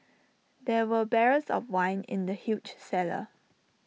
there were barrels of wine in the huge cellar